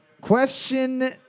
Question